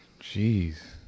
Jeez